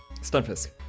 Stunfisk